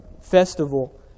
festival